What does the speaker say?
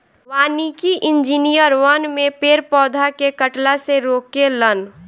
वानिकी इंजिनियर वन में पेड़ पौधा के कटला से रोके लन